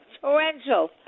Torrential